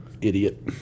Idiot